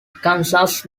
arkansas